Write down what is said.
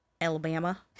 Alabama